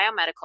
Biomedical